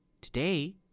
Today